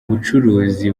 bucuruzi